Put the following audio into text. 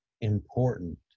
important